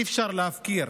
אי-אפשר להפקיר.